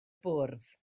bwrdd